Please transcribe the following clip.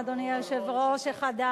לא דקה אחרונה, אדוני היושב-ראש החדש.